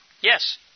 Yes